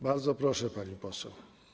Bardzo proszę, pani poseł.